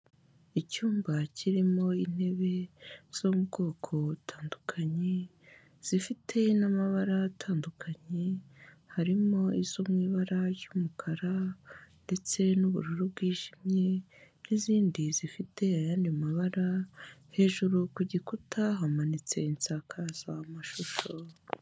Icyumba kirimo intebe zo mu bwoko butandukanye, zifite n'amabara atandukanye, harimo izo mu ibara ry'umukara ndetse n'ubururu bwijimye n'izindi zifite ayandi mabara, hejuru ku gikuta hamanitse insakazamashusho.